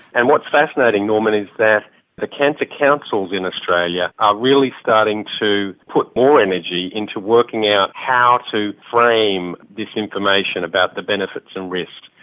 and what's fascinating, norman, is that the cancer councils in australia are really starting to put more energy into working out how to frame this information about the benefits and risks,